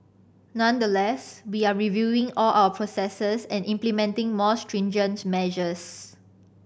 nonetheless we are reviewing all our processes and implementing more stringent measures